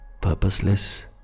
purposeless